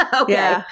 okay